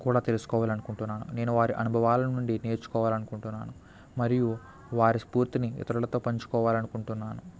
కూడా తెలుసుకోవాలి అనుకుంటున్నాను నేను వారి అనుభవాల నుండి నేర్చుకోవాలనుకుంటున్నాను మరియు వారి స్ఫూర్తిని ఇతరులతో పంచుకోవాలనుకుంటున్నాను